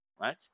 right